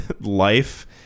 life